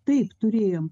taip turėjom